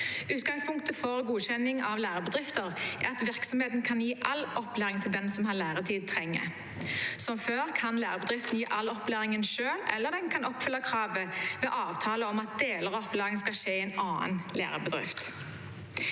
Utgangspunktet for godkjenning av lærebedrifter er at virksomheten kan gi all opplæring som den som har læretid, trenger. Som før kan lærebedriften gi all opplæringen selv, eller den kan oppfylle kravet ved avtale om at deler av opplæringen skal skje i en annen lærebedrift.